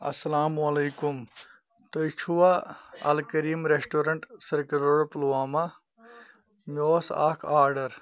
اسلام علیکُم تُہۍ چھِوٕ Alkareem restaurant circle road Pulwama مےٚ اوس اکھ آرڈَر